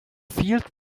field